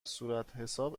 صورتحساب